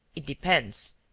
it depends.